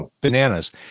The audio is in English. bananas